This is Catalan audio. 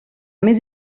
més